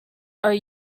are